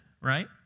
right